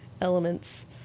elements